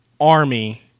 Army